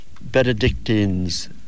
Benedictines